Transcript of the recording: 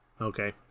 Okay